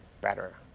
better